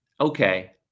okay